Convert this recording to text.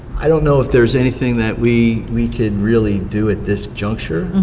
don't know if there's anything that we we could really do at this juncture,